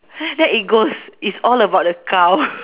then it's goes it's all about the cow